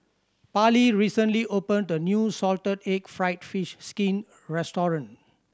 Parlee recently opened a new salted egg fried fish skin restaurant